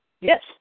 Yes